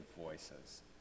voices